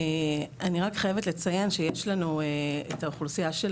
אני רק חייבת לציין שיש לנו את האוכלוסייה של